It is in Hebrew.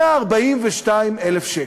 142,000 שקל.